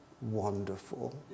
wonderful